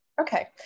Okay